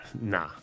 Nah